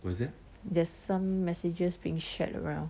there's some messages being shared around